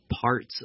parts